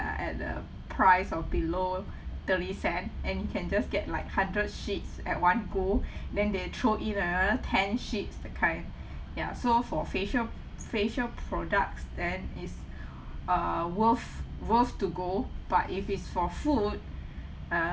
uh at a price of below thirty cent and you can just get like hundred sheets at one go then they throw in another ten sheets that kind ya so for facial facial products then is uh worth worth to go but if it's for food err